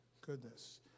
goodness